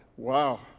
wow